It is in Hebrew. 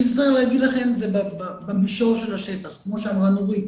מצטערת להגיד לכם זה במישור של השטח כמו שאמרה נורית,